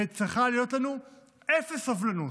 וצריכה להיות לנו אפס סובלנות,